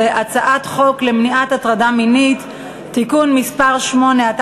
הצעת חוק למניעת הטרדה מינית (תיקון מס' 8),